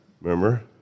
remember